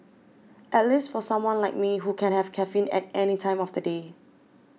at least for someone like me who can have caffeine at any time of the day